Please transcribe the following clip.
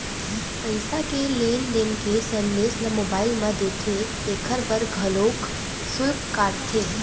पईसा के लेन देन के संदेस ल मोबईल म देथे तेखर बर घलोक सुल्क काटथे